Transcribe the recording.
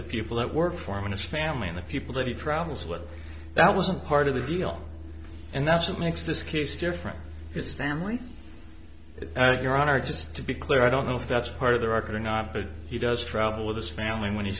the people that work for me as family and the people that he travels with that was a part of the deal and that's what makes this case different his family your honor just to be clear i don't know if that's part of their arc or not but he does travel with his family when he